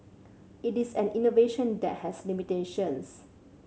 it is an innovation that has limitations